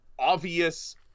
obvious